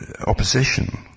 opposition